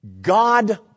God